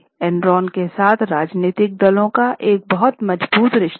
Enron के साथ राजनीतिक दलों का एक बहुत मजबूत रिश्ता था